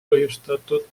põhjustatud